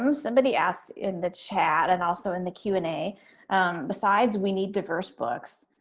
um somebody asked in the chat and also in the q and a besides we need diverse books,